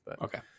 Okay